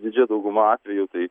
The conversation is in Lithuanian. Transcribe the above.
didžia dauguma atvejų tai